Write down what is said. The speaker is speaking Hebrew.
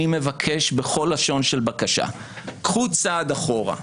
אני מבקש בכל לשון של בקשה, קחו צעד אחורה,